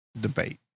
debate